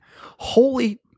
Holy